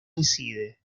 decide